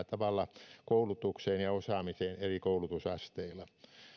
tavalla koulutukseen ja osaamiseen eri koulutusasteilla